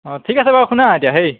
অঁ ঠিক আছে বাৰু শুনা এতিয়া হেৰি